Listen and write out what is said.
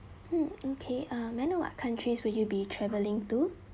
mm okay uh may i know countries will you be traveling to